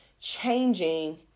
changing